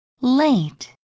late